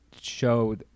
show